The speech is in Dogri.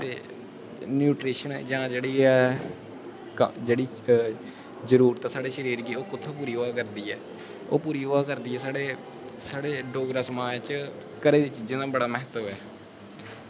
ते न्यूट्रिशन जां जेह्ड़ी ऐ जेह्ड़ी जरूरत ऐ साढ़े शरीर गी ओह् कुत्थें पूरी होआ करदी ऐ ओह् पूरी होआ करदी ऐ साढ़े साढ़े डोगरा समाज च घरें दी चीज़ें दा बड़ा महत्व ऐ